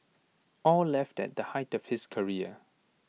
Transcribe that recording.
aw left at the height of his career